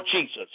Jesus